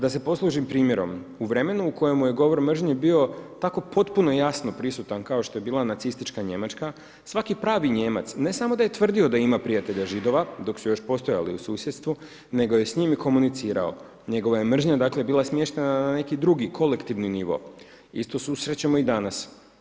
Da se poslužim primjerom: u vremenu u kojemu je govor mržnje bio tako potpuno jasno prisutan kao što je bila nacistička Njemačka, svaki pravi Nijemac, ne samo da je tvrdio da ima prijatelja Židova, dok su još postojali u susjedstvu, nego je s njim i komunicirao, njegova je mržnja dakle bila smještena na neki drugi kolektivni nivo, isto susrećemo i danas.